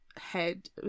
head